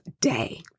day